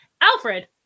Alfred